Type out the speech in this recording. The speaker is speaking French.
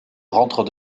rentre